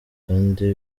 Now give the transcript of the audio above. kandi